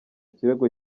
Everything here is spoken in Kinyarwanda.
kirego